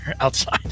outside